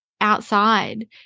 outside